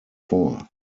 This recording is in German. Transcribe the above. vor